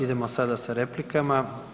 Idemo sada sa replikama.